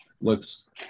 looks